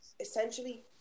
essentially